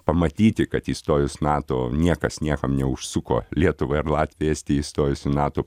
pamatyti kad įstojus nato niekas niekam neužsuko lietuvai ar latvijai estijai įstojus į nato